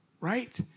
right